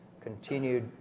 continued